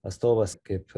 atstovas kaip